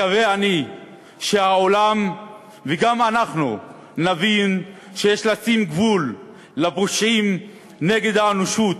מקווה אני שהעולם וגם אנחנו נבין שיש לשים גבול לפושעים נגד האנושות,